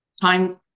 time